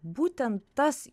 būtent tas